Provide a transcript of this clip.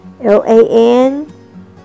L-A-N